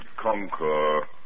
conquer